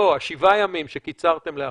לא, השבעה ימים שקיצרתם לאחור.